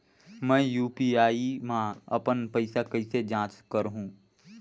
मैं यू.पी.आई मा अपन पइसा कइसे जांच करहु?